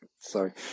Sorry